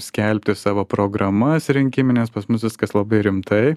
skelbti savo programas rinkimines pas mus viskas labai rimtai